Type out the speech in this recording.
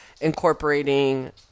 incorporating